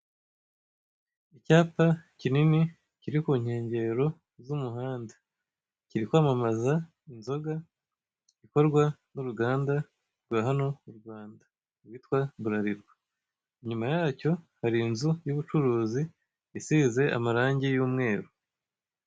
Icyapa kinini, kiri ku nkengero z'umuhanda. Kiri kwamamaza inzoga ikorwa n'uruganda rwa hano mu Rwanda. Rwita Buralirwa. Inyuma yacyo hari inzu y'ubucuruzi isize amarangi y'umweru.